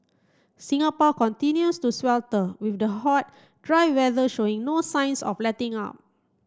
Singapore continues to swelter with the hot dry weather showing no signs of letting up